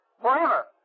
forever